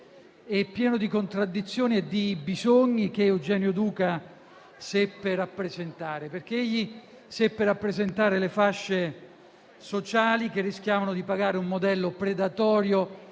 e pieno di contraddizioni e di bisogni che Eugenio Duca seppe rappresentare, perché seppe rappresentare le fasce sociali che rischiavano di pagare per un modello predatorio